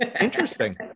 Interesting